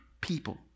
people